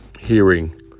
hearing